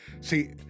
see